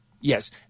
Yes